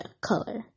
color